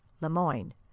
Lemoyne